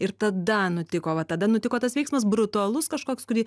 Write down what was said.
ir tada nutiko va tada nutiko tas veiksmas brutalus kažkoks kurį